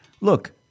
Look